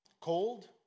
Cold